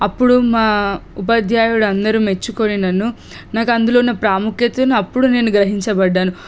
అప్పుడు మా ఉపాధ్యాయుడు అందరూ మెచ్చుకొని నన్ను నాకు అందులో ఉన్న ప్రాముఖ్యతను అప్పుడు నేను గ్రహించబడ్డాను